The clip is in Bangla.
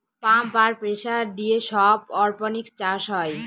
পাম্প আর প্রেসার দিয়ে সব অরপনিক্স চাষ হয়